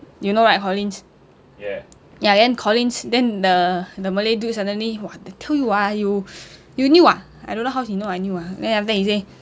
you know right collin's ya then collin's then the the malay dude suddenly !wah! the two of you you new ah I don't know how he know I new ah then after that he say